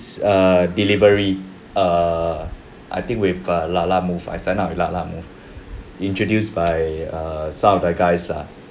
err delivery err I think with err Lalamove I signed up with Lalamove introduced by err some of the guys lah